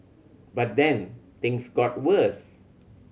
but then things got worse